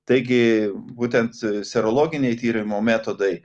taigi būtent serologiniai tyrimo metodai